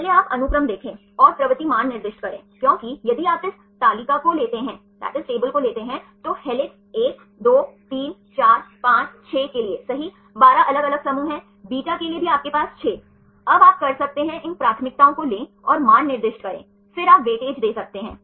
पहले आप अनुक्रम देखें और प्रवृत्ति मान निर्दिष्ट करें क्योंकि यदि आप इस तालिका को लेते हैं तो हेलिक्स 1 2 3 4 5 6 के लिए सही 12 अलग अलग समूह हैं beta के लिए भी आपके पास 6 अब आप कर सकते हैं इन प्राथमिकताओं को लें और मान निर्दिष्ट करें फिर आप वेटेज देख सकते हैं